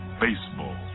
baseball